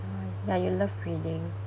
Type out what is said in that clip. ya you love reading